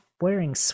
wearing